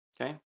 Okay